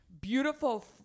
beautiful